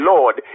Lord